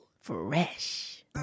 Fresh